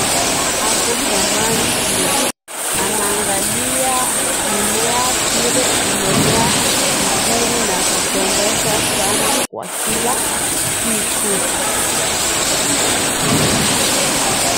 Mama ako shambani mwake anaangalia mimea vile imemea vizuri sana na kupendeza sana kwa kila siku.